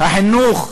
החינוך,